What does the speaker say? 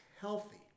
healthy